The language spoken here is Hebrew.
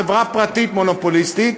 חברה פרטית מונופוליסטית,